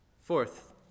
Fourth